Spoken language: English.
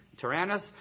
Tyrannus